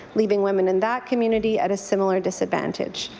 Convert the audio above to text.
leaving women in that community at a similar disadvantage.